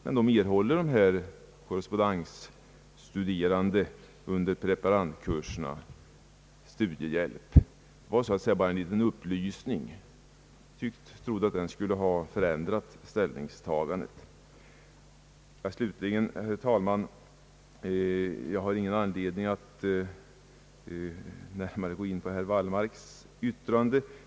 Men dessa korrespondensstuderande erhåller studiehjälp under preparandkurserna. Detta var bara en liten upplysning. Jag trodde att den skulle ha förändrat ställningstagandet. Slutligen, herr talman, har jag ingen anledning att närmare gå in på herr Wallmarks yttrande.